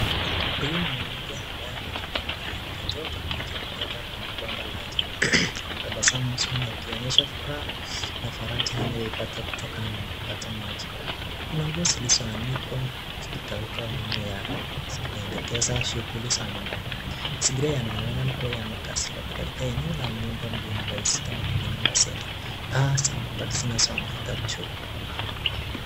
Huyu ni mwanamke ambaye amechuchumaa akichota maji kutoka kwenye bomba la maji. Ana tabasamu usoni akionyesha furaha na faraja anayoipata kutokana na kupata maji . Kuna nguo zilizoanikwa zikikauka nyuma yake zikioendekeza shughuli za nyumbani. Mazingira yanaonekana kuwa ya makazi, katika eneo nyumba ni rahisi kama vile nyumba zenye paa zenye mabati zinazoandika choo.